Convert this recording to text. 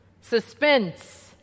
suspense